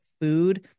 food